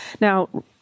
now